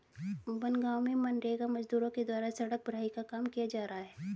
बनगाँव में मनरेगा मजदूरों के द्वारा सड़क भराई का काम किया जा रहा है